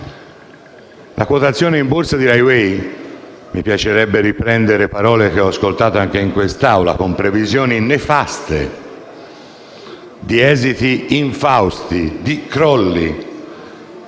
la quotazione in Borsa di RAI Way. Al riguardo, mi piacerebbe riprendere parole che ho sentito anche in quest'Aula, con previsioni nefaste di esiti infausti e di crolli,